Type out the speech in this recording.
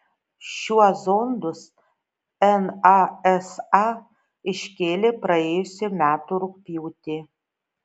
šiuo zondus nasa iškėlė praėjusių metų rugpjūtį